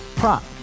Prop